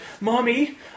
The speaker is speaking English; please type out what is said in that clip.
Mommy